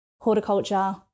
horticulture